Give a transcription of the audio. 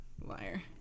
Liar